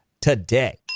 today